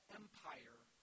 empire